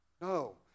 No